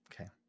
okay